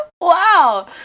Wow